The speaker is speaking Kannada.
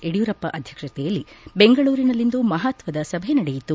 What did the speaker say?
ಯಡಿಯೂರಪ್ಪ ಅಧ್ಯಕ್ಷತೆಯಲ್ಲಿ ಬೆಂಗಳೂರಿನಲ್ಲಿಂದು ಮಹತ್ವದ ಸಭೆ ನಡೆಯಿತು